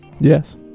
Yes